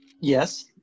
yes